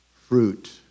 fruit